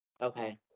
Okay